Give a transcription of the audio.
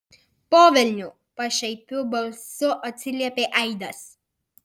po velnių pašaipiu balsu atsiliepė aidas